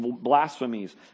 blasphemies